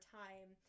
time